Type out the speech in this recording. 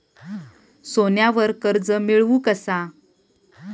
सोन्यावर कर्ज मिळवू कसा?